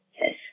Yes